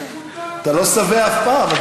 אתה לא שבע אף פעם.